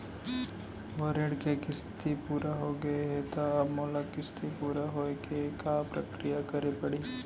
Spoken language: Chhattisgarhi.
मोर ऋण के किस्ती पूरा होगे हे ता अब मोला किस्ती पूरा होए के का प्रक्रिया करे पड़ही?